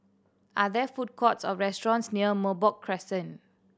are there food courts or restaurants near Merbok Crescent